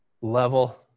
level